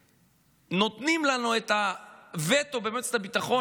שנותנים לנו את הווטו במועצת הביטחון,